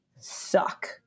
suck